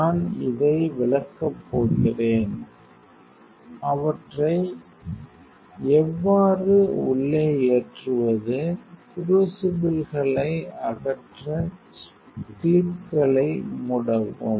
நான் இதை விளக்கப் போகிறேன் அவற்றை எவ்வாறு உள்ளே ஏற்றுவது க்ரூசிபிள்களை அகற்ற கிளிப்களை மூடவும்